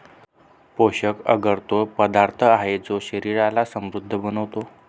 पोषक अगर तो पदार्थ आहे, जो शरीराला समृद्ध बनवतो